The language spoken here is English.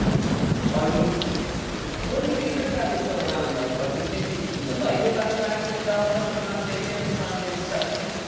are you what do you think? if your dad was still around, like, do you think he would be delighted by the fact that donald trump cannot shake him from his psyche?